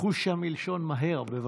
חושה מלשון מהר, בבקשה.